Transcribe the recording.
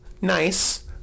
nice